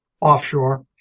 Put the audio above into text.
offshore